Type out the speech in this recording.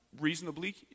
reasonably